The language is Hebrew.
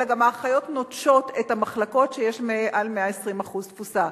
אלא גם האחיות נוטשות את המחלקות כשיש מעל 120% תפוסה.